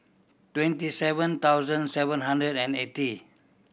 twenty seven thousand seven hundred and eighty